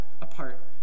apart